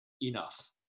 enough